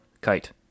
kite